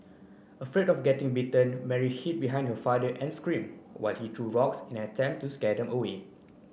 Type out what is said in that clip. afraid of getting bitten Mary hid behind her father and scream while he threw rocks in an attempt to scare them away